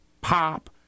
pop